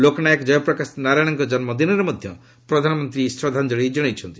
ଲୋକନାୟକ ଜୟପ୍ରକାଶ ନାରାୟଣଙ୍କ ଜନ୍ମଦିନରେ ମଧ୍ୟ ପ୍ରଧାନମନ୍ତ୍ରୀ ଶ୍ରଦ୍ଧାଞ୍ଜଳି ଜଣାଇଛନ୍ତି